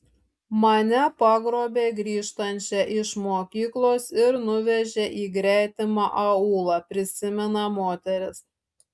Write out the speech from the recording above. mane pagrobė grįžtančią iš mokyklos ir nuvežė į gretimą aūlą prisimena moteris